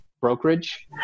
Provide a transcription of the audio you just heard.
brokerage